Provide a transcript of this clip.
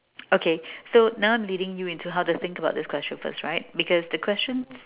okay so now I'm leading you into how to think about this question first right because the questions